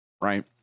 right